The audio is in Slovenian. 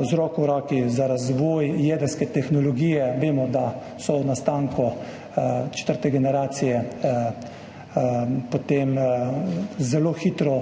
z roko v roki z razvojem jedrske tehnologije. Vemo, da se ob nastanku četrte generacije potem zelo hitro